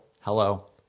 Hello